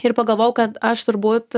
ir pagalvojau kad aš turbūt